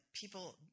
people